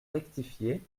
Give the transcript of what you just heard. rectifié